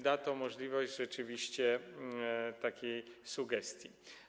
Da to możliwość rzeczywiście takiej sugestii.